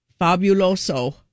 Fabuloso